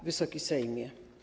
Wysoki Sejmie!